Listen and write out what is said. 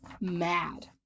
mad